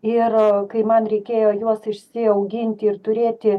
ir kai man reikėjo juos išsiauginti ir turėti